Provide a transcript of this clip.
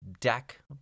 deck